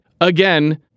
again